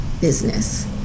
business